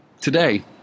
Today